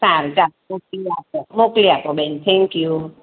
સારું ચાલો મોકલી આપો મોકલી આપો બેન થેન્કયૂ